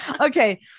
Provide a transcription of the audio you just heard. Okay